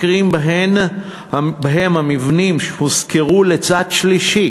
מקרים שבהם המבנים הושכרו לצד שלישי